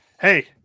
hey